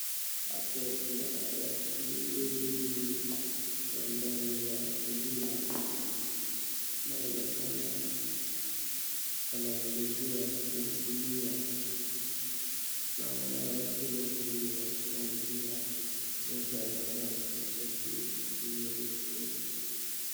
Hapo kuna watu wengi wa ndani ya huduma. Inaonekana wanaongojea kuhudumiwa. Kuna wanawake wawili wakikaribia. Mmoja anavaa tshirt nyeupe.